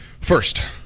first